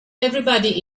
everybody